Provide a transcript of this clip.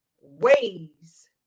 ways